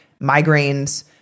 migraines